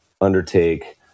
undertake